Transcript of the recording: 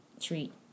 treat